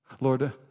Lord